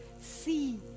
see